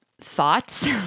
thoughts